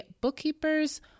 bookkeepers